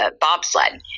bobsled